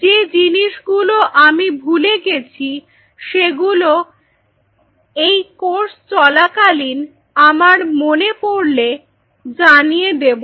যে জিনিসগুলো আমি ভুলে গেছি সেগুলো Refer Time 1156 এই কোর্স চলাকালীন আমার মনে পড়লে জানিয়ে দেব